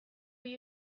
goi